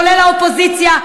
כולל האופוזיציה.